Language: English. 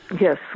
Yes